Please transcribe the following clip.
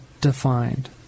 defined